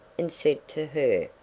and said to her,